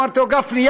אמרתי לו: גפני,